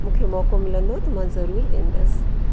मूंखे मौको मिलंदो त मां ज़रूर वेंदसि